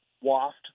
waft